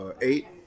eight